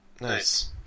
Nice